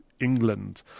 England